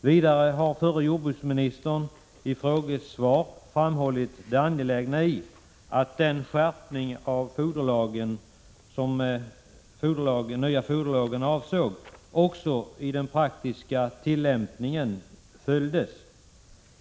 Vidare har förre jordbruksministern i frågesvar framhållit det angelägna i att den skärpning som nya foderlagen syftade till också följdes i praktiken.